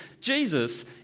Jesus